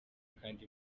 kandi